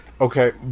Okay